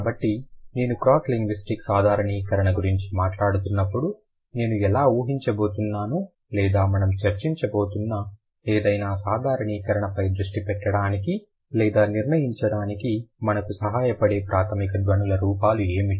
కాబట్టి నేను cross linguistic సాధారణీకరణ గురించి మాట్లాడుతున్నప్పుడు నేను ఎలా ఊహించబోతున్నాను లేదా మనం చర్చించబోతున్న ఏదైనా సాధారణీకరణపై దృష్టి పెట్టడానికి లేదా నిర్ణయించడానికి మనకు సహాయపడే ప్రాథమిక ధ్వనుల రూపాలు ఏమిటి